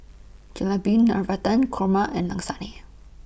Jalebi Navratan Korma and Lasagne